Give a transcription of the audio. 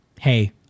hey